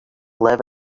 live